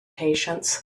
patience